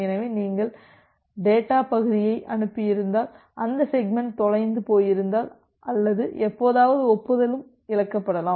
எனவே நீங்கள் டேட்டாப் பகுதியை அனுப்பியிருந்தால் அந்த செக்மெண்ட் தொலைந்து போயிருந்தால் அல்லது எப்போதாவது ஒப்புதலும் இழக்கப்படலாம்